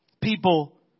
people